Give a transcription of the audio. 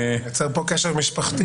אני יוצר פה קשר משפחתי.